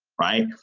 right.